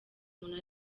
muntu